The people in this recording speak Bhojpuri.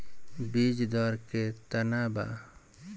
बीज दर केतना वा?